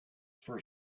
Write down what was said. for